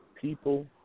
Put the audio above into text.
people